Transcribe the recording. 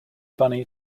bunny